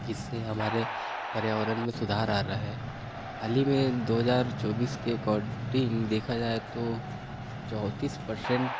जिससे हमारे पर्यावरण में सुधार आ रहा है हाल ही में दो हज़ार चौबीस के एकोर्डिंग देखा जाए तो चौंतीस परसेंट